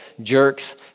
jerks